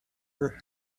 her